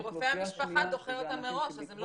כי רופא המשפחה דוחה אותם מראש ולכן הם לא